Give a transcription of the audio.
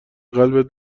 قلبت